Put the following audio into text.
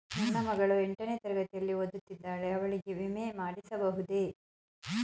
ನನ್ನ ಮಗಳು ಎಂಟನೇ ತರಗತಿಯಲ್ಲಿ ಓದುತ್ತಿದ್ದಾಳೆ ಅವಳಿಗೆ ವಿಮೆ ಮಾಡಿಸಬಹುದೇ?